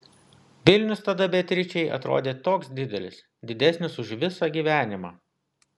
vilnius tada beatričei atrodė toks didelis didesnis už visą gyvenimą